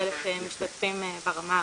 מ-23,000 משתתפים ברמה הארצית.